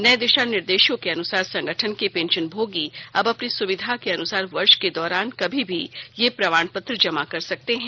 नए दिशानिर्देशों के अनुसार संगठन के पेंशनभोगी अब अपनी सुविधा के अनुसार वर्ष के दौरान कभी भी यह प्रमाणपत्र जमा कर सकते हैं